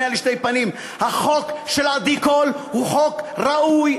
לשתי פנים: החוק של עדי קול הוא חוק ראוי,